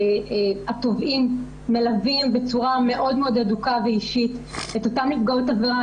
התובעים מלווים בצורה מאוד הדוקה ואישית את אותן נפגעות עבירה.